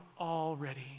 already